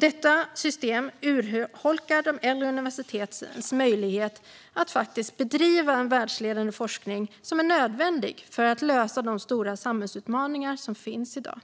Detta system urholkar de äldre universitetens möjlighet att bedriva världsledande forskning som är nödvändig för att lösa de stora samhällsutmaningar som finns i dag.